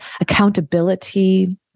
accountability